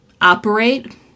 Operate